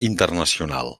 internacional